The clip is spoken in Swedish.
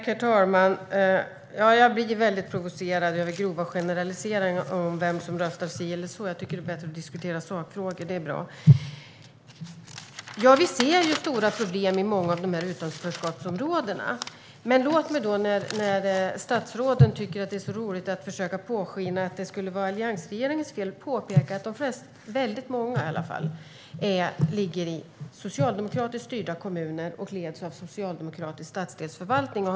Herr talman! Jag blir väldigt provocerad av grova generaliseringar om vem som röstar si eller så. Jag tycker att det är bättre att diskutera sakfrågor. Vi ser stora problem i många av dessa utanförskapsområden. Men låt mig då, när statsrådet tycker att det är så roligt att försöka påskina att det skulle vara alliansregeringens fel, påpeka att väldigt många ligger i socialdemokratiskt styrda kommuner och leds av socialdemokratiska stadsdelsförvaltningar.